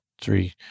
three